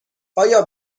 آیا